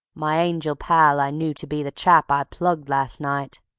my angel pal i knew to be the chap i plugged last night.